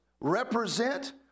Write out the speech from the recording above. represent